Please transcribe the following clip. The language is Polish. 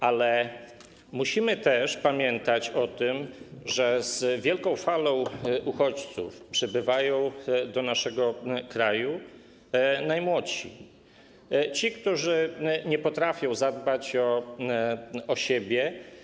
Ale musimy też pamiętać o tym, że z wielką falą uchodźców przybywają do naszego kraju najmłodsi, ci, którzy nie potrafią zadbać o siebie.